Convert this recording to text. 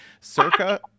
Circa